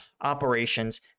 operations